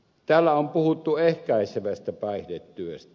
täällä on puhuttu ehkäisevästä päihdetyöstä